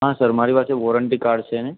હા સર મારી પાસે વોરંટી કાડ છે ને